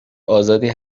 آزادی